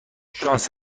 شانس